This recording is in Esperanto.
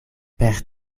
per